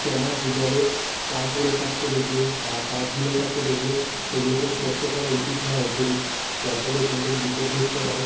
জমা জ জলে তার পড়ে থাকতে দেখলে বা তার ঝুলে থাকতে দেখলে সেগুলোকে স্পর্শ করা উচিৎ নয় একদমই যার ফলে এখান থেকে বিপদ ঘটতে পারে